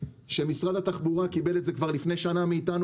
משרד התחבורה קיבל את זה כבר לפני שנה מאיתנו